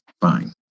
fine